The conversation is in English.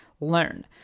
learn